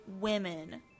Women